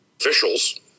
officials